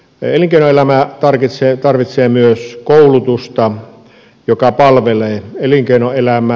elinkeinoelämä tarvitsee myös koulutusta joka palvelee elinkeinoelämää